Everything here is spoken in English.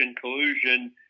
collusion